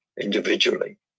individually